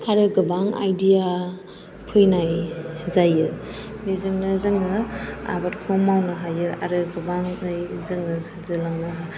आरो गोबां आइडिया फैनाय जायो बेजोंनो जोङो आबादखौ मावनो हायो आरो गोबाङै जोङो सोरजिलांनो